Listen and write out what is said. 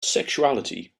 sexuality